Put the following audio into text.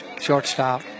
shortstop